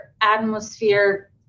atmosphere